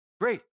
Great